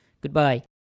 Goodbye